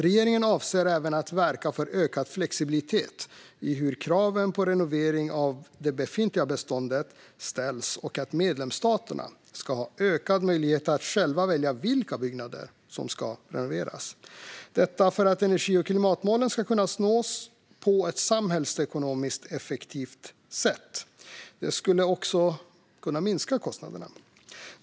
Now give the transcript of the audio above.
Regeringen avser även att verka för ökad flexibilitet i hur kraven på renovering av det befintliga beståndet ställs och att medlemsstaterna ska ha ökad möjlighet att själva välja vilka byggnader som ska renoveras, detta för att energi och klimatmålen ska kunna nås på ett samhällsekonomiskt effektivt sätt. Det skulle också minska kostnaderna.